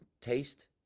taste